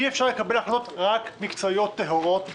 אי אפשר לקבל החלטות מקצועיות טהורות,